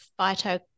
phyto